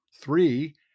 three